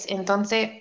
entonces